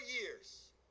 years